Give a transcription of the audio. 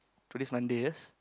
today's Monday yes